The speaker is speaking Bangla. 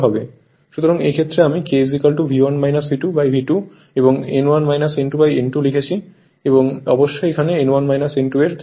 সুতরাং এই ক্ষেত্রে আমি K V1 V2V2 এবং N1 N2N2 লিখেছি এবং অবশ্যই এখানে N1 N2 এর থেকে বড়